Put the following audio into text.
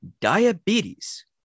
diabetes